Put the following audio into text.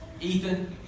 Ethan